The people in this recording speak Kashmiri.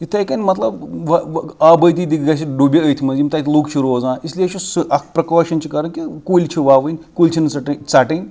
یِتھَے کٔنۍ مطلب آبٲدی تہِ گژھِ ڈوٗبی أتھۍ منٛز یِم تتہِ لُکھ چھِ روزان اِسلیے چھُ سُہ اَکھ پِرٛکاشَن چھِ کَرٕنۍ کہِ کُلۍ چھِ وَوٕنۍ کُلۍ چھِنہٕ ژٕٹٕنۍ ژَٹٕنۍ